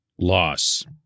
loss